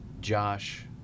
Josh